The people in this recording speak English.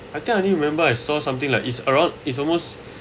I think I only remember I saw something like it's around it's almost